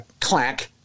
clack